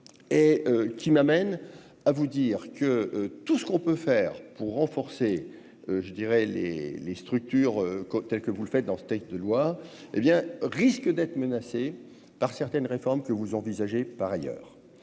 et qui m'amène à vous dire que tout ce qu'on peut faire pour renforcer, je dirais les les structures cocktail que vous le faites dans ce texte de loi, hé bien, risquent d'être menacés par certaines réformes que vous envisagez par ailleurs